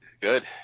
Good